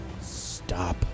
stop